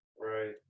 Right